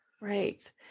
right